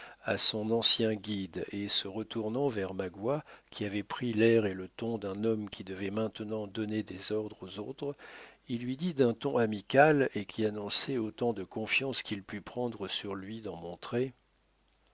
à son ancien guide et se retournant vers magua qui avait pris l'air et le ton d'un homme qui devait maintenant donner des ordres aux autres il lui dit d'un ton amical et qui annonçait autant de confiance qu'il put prendre sur lui d'en